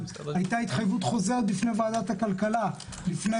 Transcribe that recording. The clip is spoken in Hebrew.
הייתה התחייבות חוזרת בפני ועדת הכלכלה לפני